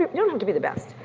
um don't have to be the best.